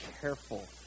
careful